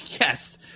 yes